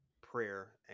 prayer